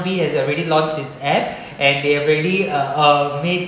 is already launched its app and they really uh uh many